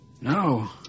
No